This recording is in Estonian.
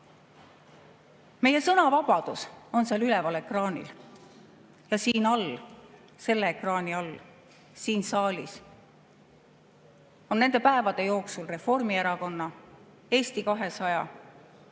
Meie sõnavabadus on seal üleval ekraanil, aga siin all, selle ekraani all siin saalis on nende päevade jooksul Reformierakonna, Eesti 200